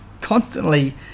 constantly